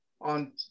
on